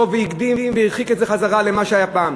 והקדים והרחיק את זה חזרה למה שהיה פעם,